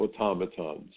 automatons